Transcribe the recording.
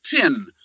pin